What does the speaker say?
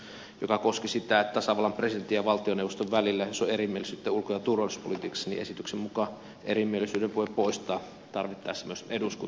sitten ensimmäinen muutos joka koski sitä että jos tasavallan presidentin ja valtioneuvoston välillä on erimielisyyttä ulko ja turvallisuuspolitiikassa niin esityksen mukaan erimielisyyden voi poistaa tarvittaessa myös eduskunta